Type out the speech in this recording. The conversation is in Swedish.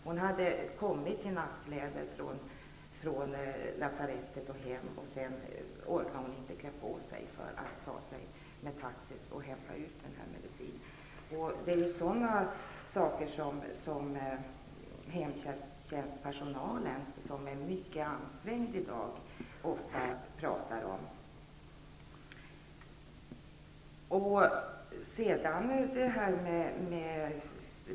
Hon hade kommit i nattkläder från lasarettet, och sedan orkade hon inte klä på sig för att ta sig med taxi till apoteket för att hämta ut medicinen. Det är sådana saker som hemtjänstpersonalen, som är mycket ansträngd i dag, ofta pratar om.